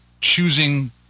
choosing